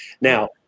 Now